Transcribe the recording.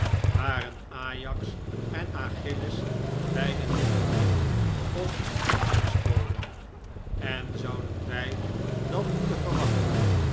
waren ajax en achilles beiden niet verliefd op hun dienstboden en zouden wij dan moeten verwachten